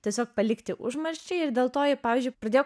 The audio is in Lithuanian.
tiesiog palikti užmarščiai ir dėl to ji pavyzdžiui pradėjo